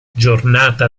giornata